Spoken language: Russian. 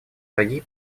шаги